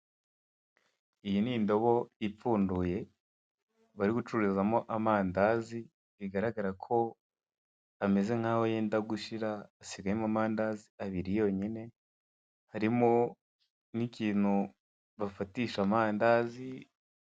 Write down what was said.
iyi n'indobo ipfunduye bari gucururiza mo amandazi bigaragarako ameze nkaho yenda gushira hasigayemo amandazi abiri yonyine, harimo n'ikintu bafatisha amandazi...